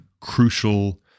crucial